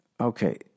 Okay